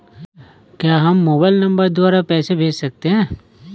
क्या हम mobile number द्वारा पैसे भेज सकते हैं?